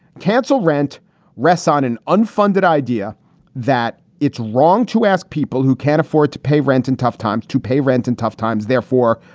cancel rent rests on an unfunded idea that it's wrong to ask people who can't afford to pay rent in tough times, to pay rent in tough times. therefore,